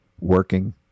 working